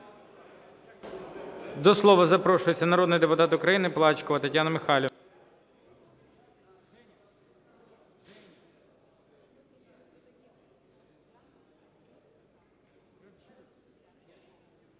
До слова запрошується народний депутат Плачкова Тетяна Михайлівна.